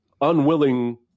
unwilling